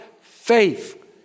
faith